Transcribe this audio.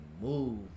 move